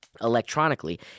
electronically